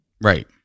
Right